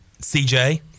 CJ